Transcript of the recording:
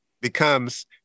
becomes